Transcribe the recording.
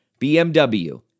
BMW